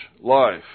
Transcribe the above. life